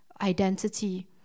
identity